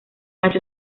macho